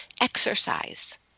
exercise